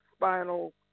spinal